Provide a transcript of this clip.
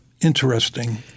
interesting